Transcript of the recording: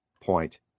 point